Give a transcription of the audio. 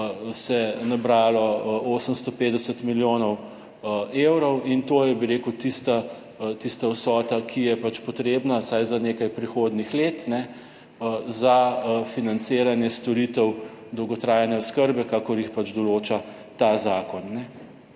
se nabralo 850 milijonov evrov in to je, bi rekel, tista, tista vsota, ki je pač potrebna vsaj za nekaj prihodnjih let za financiranje storitev dolgotrajne oskrbe, kakor jih pač določa ta zakon.